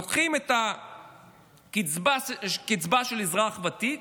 לוקחים את הקצבה של אזרח ותיק,